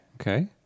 Okay